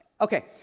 Okay